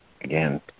again